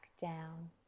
down